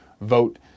vote